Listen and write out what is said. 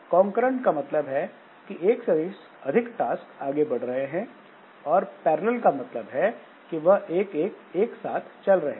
concurrent का मतलब है कि 1 से अधिक टास्क आगे बढ़ रहे हैं और पैरेलल का मतलब है कि वह एक साथ चल रहे हैं